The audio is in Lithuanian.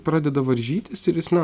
pradeda varžytis ir jis na